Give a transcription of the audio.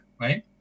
right